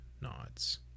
nods